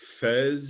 fez